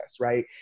right